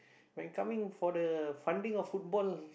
when coming for the funding of football